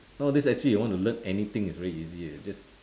nowadays actually you want to learn anything it's very easy already just